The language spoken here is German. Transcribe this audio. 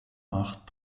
acht